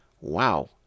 Wow